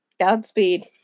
Godspeed